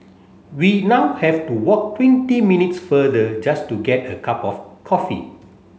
we now have to walk twenty minutes further just to get a cup of coffee